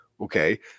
Okay